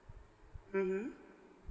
mmhmm